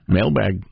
Mailbag